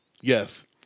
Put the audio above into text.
Yes